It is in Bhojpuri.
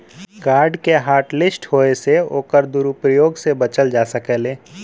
कार्ड के हॉटलिस्ट होये से ओकर दुरूप्रयोग से बचल जा सकलै